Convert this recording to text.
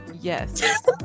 Yes